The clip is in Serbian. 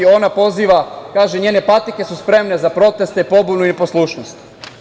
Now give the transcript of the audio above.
Ona poziva, kaže – njene patike su spremne za proteste, pobunu i neposlušnost.